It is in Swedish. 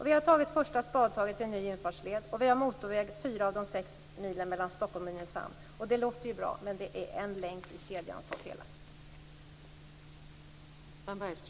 Vi har tagit första spadtaget till en ny infartsled, och det är motorväg i fyra av de sex milen mellan Stockholm och Nynäshamn. Det låter ju bra, men det är en länk i kedjan som felar.